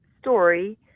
story